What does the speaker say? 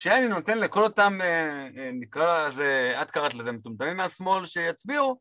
שאני נותן לכל אותם, נקרא לזה, את קראת לזה מטומטמים מהשמאל שיצביעו